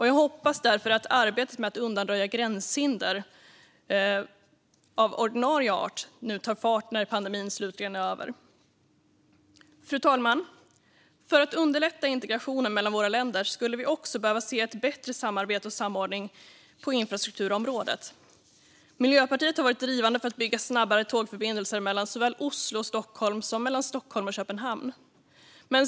Jag hoppas därför att arbetet med att undanröja gränshinder av ordinarie art tar fart nu när pandemin slutligen är över. Fru talman! För att underlätta integrationen mellan våra länder skulle vi också behöva se ett bättre samarbete och en bättre samordning på infrastrukturområdet. Miljöpartiet har varit drivande för att bygga snabbare tågförbindelser såväl mellan Oslo och Stockholm som mellan Stockholm och Köpenhamn.